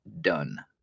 done